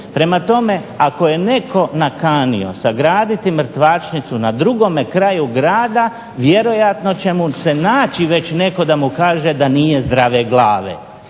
Prema tome, ako je netko nakanio sagraditi mrtvačnicu na drugome kraju grada vjerojatno će mu se naći već netko da mu kaže da nije zdrave glave